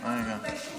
במקום שתתביישו,